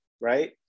Right